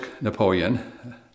Napoleon